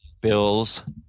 bills